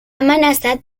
amenaçat